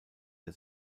der